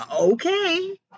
okay